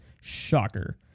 shocker